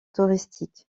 touristique